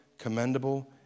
commendable